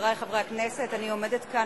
חברי חברי הכנסת, אני עומדת כאן